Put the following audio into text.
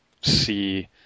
see